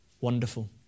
Wonderful